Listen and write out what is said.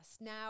Now